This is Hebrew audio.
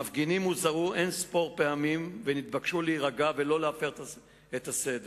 המפגינים הוזהרו אין-ספור פעמים ונתבקשו להירגע ולא להפר את הסדר.